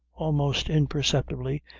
almost imperceptibly,